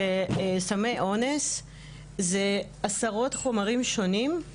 שסמי אונס זה עשרות חומרים שונים.